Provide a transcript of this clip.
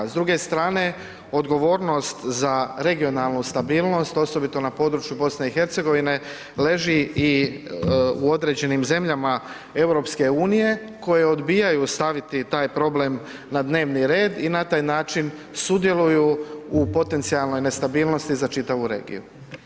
S druge strane odgovornost za regionalnu stabilnost osobito na području BiH leži i u određenim zemljama EU koje odbijaju staviti taj problem na dnevni red i na taj način sudjeluju u potencijalnoj nestabilnosti za čitavu regiju.